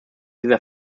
dieser